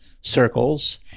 circles